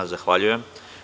Zahvaljujem.